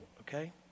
okay